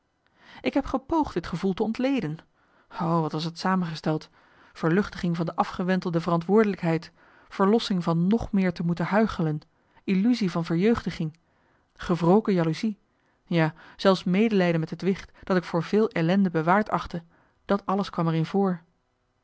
ik heb gepoogd dit gevoel te ontleden o wat was t samengesteld verluchtiging van de afgewentelde verantwoordelijkheid verlossing van nog meer te moeten huichelen illusie van verjeugdiging gewroken jaloezie ja zelfs medelijden met het wicht dat ik voor veel ellende bewaard achtte dat alles kwam er in voor